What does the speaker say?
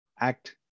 act